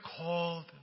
called